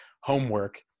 homework